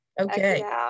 Okay